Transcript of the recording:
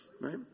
right